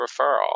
referral